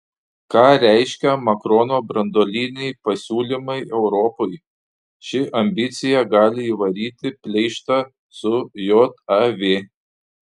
ką reiškia makrono branduoliniai pasiūlymai europai ši ambicija gali įvaryti pleištą su jav